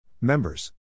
Members